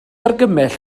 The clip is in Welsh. argymell